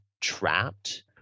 trapped